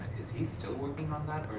is he still working on